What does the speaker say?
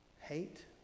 hate